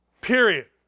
Period